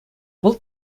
вӑл